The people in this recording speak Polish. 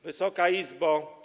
Wysoka Izbo!